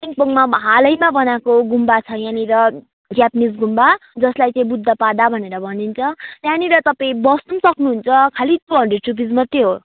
कालिम्पोङ हालैमा बनाएको गुम्बा छ यहाँनिर जापानिस गुम्बा जस्लाई चाहिँ बुद्ध पाडा भनिन्छ त्यहाँनिर तपाईँ बस्नु पनि सक्नुहुन्छ खाली टु हन्ड्रेड रुपिस मात्रै हो